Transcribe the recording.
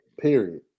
period